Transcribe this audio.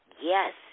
Yes